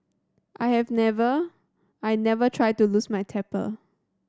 I have never I never try to lose my temper